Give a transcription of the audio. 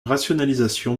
rationalisation